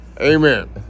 Amen